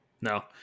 no